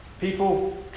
people